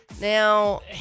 Now